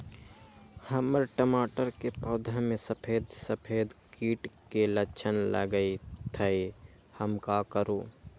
हमर टमाटर के पौधा में सफेद सफेद कीट के लक्षण लगई थई हम का करू?